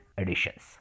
editions